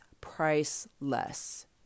priceless